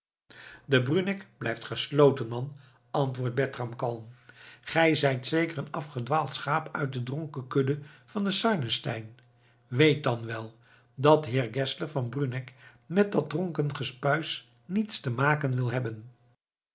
de bruneck blijft gesloten man antwoordt bertram kalm gij zijt zeker een afgedwaald schaap uit de dronken kudde van den sarnenstein weet dan wel dat heer geszler van bruneck met dat dronken gespuis niets te maken wil hebben